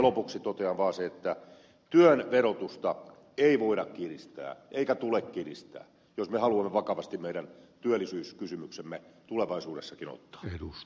lopuksi totean vaan sen että työn verotusta ei voida kiristää eikä tule kiristää jos me haluamme vakavasti meidän työllisyyskysymyksemme tulevaisuudessakin ottaa